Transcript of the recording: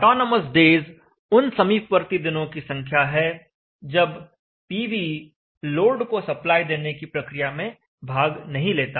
autonomous days उन समीपवर्ती दिनों की संख्या है जब पीवी लोड को सप्लाई देने की प्रक्रिया में भाग नहीं लेता